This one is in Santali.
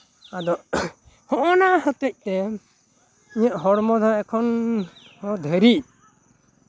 ᱟᱫᱚ ᱦᱚᱜᱼᱚᱭ ᱱᱟ ᱦᱚᱛᱮᱜ ᱛᱮ ᱤᱧᱟᱹᱜ ᱦᱚᱲᱢᱚ ᱫᱚ ᱮᱠᱷᱚᱱ ᱫᱷᱟᱹᱨᱤᱡ